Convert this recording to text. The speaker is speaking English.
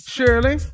Shirley